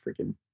freaking